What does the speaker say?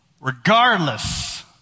regardless